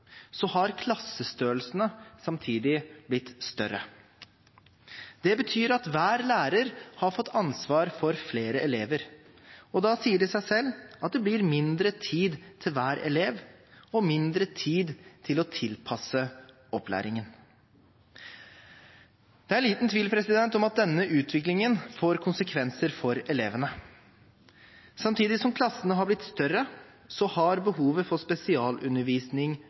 så rart, for i tillegg til at lærerne har blitt tillagt stadig flere oppgaver de siste årene, har klassestørrelsene samtidig vokst. Det betyr at hver lærer har fått ansvar for flere elever, og da sier det seg selv at det blir mindre tid til hver elev og mindre tid til å tilpasse opplæringen. Det er liten tvil om at denne utviklingen får konsekvenser for elevene. Samtidig som klassene har blitt større, har